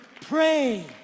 Pray